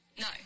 No